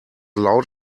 loud